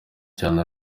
cyane